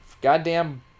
goddamn